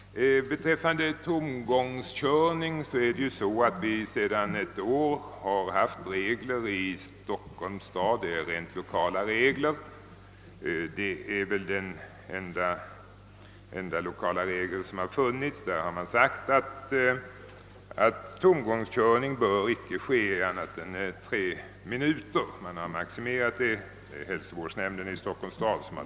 Beträffande tomgångskörning har vi ju sedan ett år haft rent lokala regler i Stockholms stad. Det är väl den enda lokala regel som har funnits. Där har man sagt att tomgångskörning icke bör ske längre än tre minuter. Man har maximerat tiden på förslag av hälsovårdsnämnden i Stockholms stad.